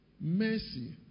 mercy